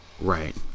Right